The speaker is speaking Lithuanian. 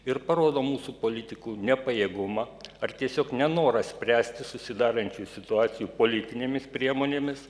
ir parodo mūsų politikų nepajėgumą ar tiesiog nenoras spręsti susidarančių situacijų politinėmis priemonėmis